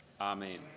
Amen